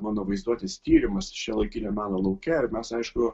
mano vaizduotės tyrimas šiuolaikinio meno lauke ar mes aišku